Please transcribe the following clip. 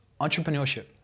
Entrepreneurship